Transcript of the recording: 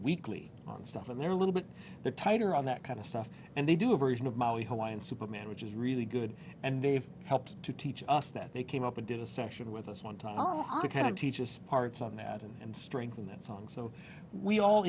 weekly and stuff and they're a little bit tighter on that kind of stuff and they do a version of maui hawaiian superman which is really good and they've helped to teach us that they came up and did a session with us one time on a kind of teacher's parts on that and strengthen that song so we all